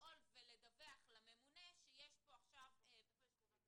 לפעול ולדווח לממונה שיש פה עכשיו --- איפה יש חובה כזו?